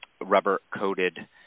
rubber-coated